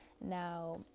now